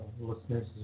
listeners